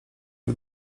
jak